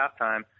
halftime